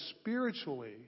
spiritually